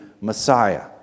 Messiah